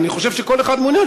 אני חושב שכל אחד מעוניין,